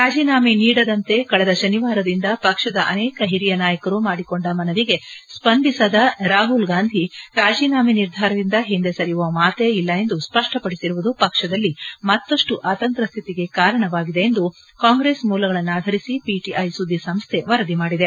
ರಾಜೀನಾಮೆ ನೀಡದಂತೆ ಕಳೆದ ಶನಿವಾರದಿಂದ ಪಕ್ಷದ ಅನೇಕ ಹಿರಿಯ ನಾಯಕರು ಮಾಡಿಕೊಂಡ ಮನವಿಗೆ ಸ್ಪಂದಿಸದ ರಾಹುಲ್ ಗಾಂಧಿ ರಾಜೀನಾಮೆ ನಿರ್ಧಾರದಿಂದ ಹಿಂದೆ ಸರಿಯುವ ಮಾತೇ ಇಲ್ಲ ಎಂದು ಸ್ಪಡ್ವಪಡಿಸಿರುವುದು ಪಕ್ಷದಲ್ಲಿ ಮತ್ತಷ್ಟು ಅತಂತ್ರ ಸ್ಡಿತಿಗೆ ಕಾರಣವಾಗಿದೆ ಎಂದು ಕಾಂಗ್ರೆಸ್ ಮೂಲಗಳನ್ನಾಧರಿಸಿ ಪಿಟಿಐ ಸುದ್ದಿ ಸಂಸ್ದೆ ವರದಿ ಮಾಡಿದೆ